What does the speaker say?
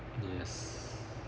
yes